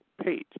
page